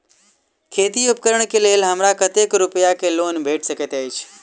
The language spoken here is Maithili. खेती उपकरण केँ लेल हमरा कतेक रूपया केँ लोन भेटि सकैत अछि?